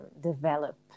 develop